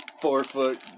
four-foot